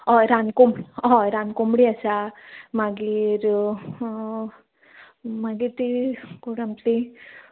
हय रानकोम हय रानकोंबडी आसा मागीर मागीर ती कोण आमची